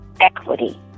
equity